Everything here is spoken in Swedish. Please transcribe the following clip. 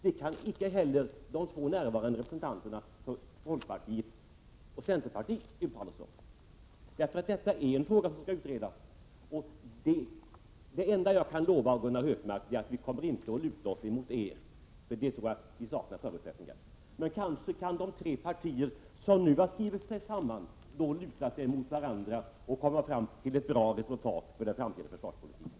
Det kan icke heller de två närvarande representanterna för folkpartiet och centerpartiet uttala sig om. Detta är en fråga som skall utredas. Det enda jag kan lova Gunnar Hökmark är att vi inte kommer att luta oss mot er. För det tror jag vi saknar förutsättningar. Men kanske kan de tre partier som nu har skrivit sig samman luta sig mot varandra och komma fram till ett bra resultat för den framtida försvarspolitiken.